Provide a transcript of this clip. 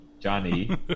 Johnny